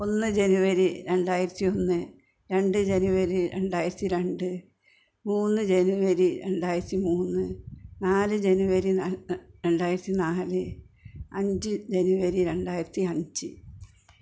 ഒന്ന് ജെനുവരി രണ്ടായിരത്തി ഒന്ന് രണ്ട് ജെനുവരി രണ്ടായിരത്തി രണ്ട് മൂന്ന് ജെനുവരി രണ്ടായിരത്തി മൂന്ന് നാല് ജെനുവരി രണ്ടായിരത്തി നാല് അഞ്ച് ജെനുവരി രണ്ടായിരത്തി അഞ്ച്